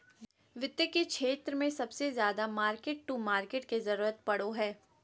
वित्त के क्षेत्र मे सबसे ज्यादा मार्किट टू मार्केट के जरूरत पड़ो हय